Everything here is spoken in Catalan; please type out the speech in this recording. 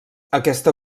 aquesta